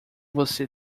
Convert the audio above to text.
você